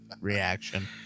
reaction